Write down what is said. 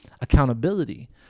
accountability